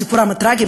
סיפורם הטרגי,